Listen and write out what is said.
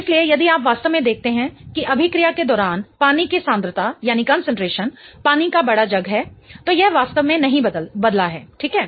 इसलिए यदि आप वास्तव में देखते हैं कि अभिक्रिया के दौरान पानी की सांद्रता पानी का बड़ा जग है तो यह वास्तव में नहीं बदला है ठीक है